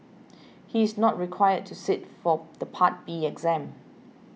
he is not required to sit for the Part B exam